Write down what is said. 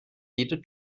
jede